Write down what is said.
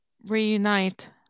reunite